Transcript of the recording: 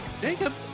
Jacob